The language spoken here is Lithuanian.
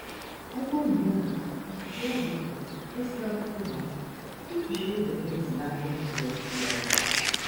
abuojumas žiaurumas pasmerktumas kaip žeidė tais metais jo sielą